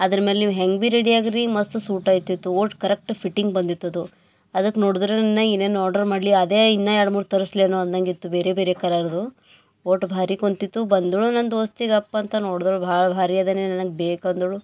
ಅದ್ರ ಮೇಲೆ ನೀವು ಹೆಂಗೆ ಬಿ ರೆಡಿಯಾಗ್ರಿ ಮಸ್ತ್ ಸೂಟ್ ಆಯ್ತಿತ್ತು ಓಟ್ ಕರೆಕ್ಟ್ ಫಿಟಿಂಗ್ ಬಂದಿತ್ತದು ಅದಕ್ಕೆ ನೋಡಿದ್ರ ಇನ್ನು ಏನೇನು ಆರ್ಡ್ರ್ ಮಾಡಲಿ ಅದೇ ಇನ್ನು ಎರಡು ಮೂರು ತರಿಸ್ಲೇನೋ ಅಂದಂಗಿತ್ತು ಬೇರೆ ಬೇರೆ ಕಲರ್ದು ಓಟ್ ಭಾರಿ ಕುಂತಿತ್ತು ಬಂದೋಳು ನನ್ನ ದೋಸ್ತಿ ಗಪ್ಪಂತ ನೋಡ್ದಳು ಭಾಳ ಭಾರಿ ಅದನೇ ನನಗ ಬೇಕು ಅಂದಳು